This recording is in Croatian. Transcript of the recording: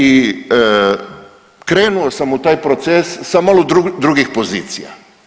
I krenuo sam u taj proces sa malo drugih pozicija.